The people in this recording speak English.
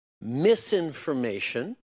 misinformation